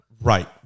Right